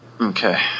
okay